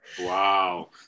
Wow